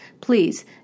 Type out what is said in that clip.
please